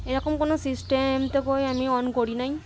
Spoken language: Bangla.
এরকম কোনো সিস্টেম তো কই আমি অন করিনি